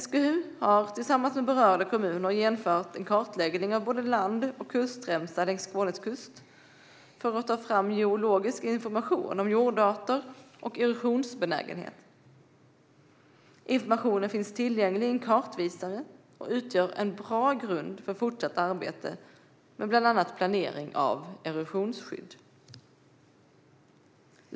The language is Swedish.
SGU har tillsammans med berörda kommuner genomfört en kartläggning av både land och kustremsa längs Skånes kust för att ta fram geologisk information om jordarter och erosionsbenägenhet. Informationen finns tillgänglig i en kartvisare och utgör en bra grund för fortsatt arbete med bland annat planering av erosionsskydd.